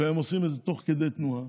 והם עושים את זה תוך כדי תנועה.